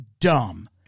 dumb